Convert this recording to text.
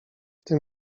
tym